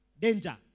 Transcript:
Danger